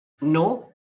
No